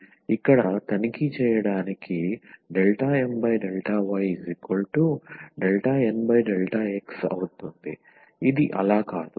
కాబట్టి ఇక్కడ తనిఖీ చేయడానికి ∂M∂y∂N∂x ఇది అలా కాదు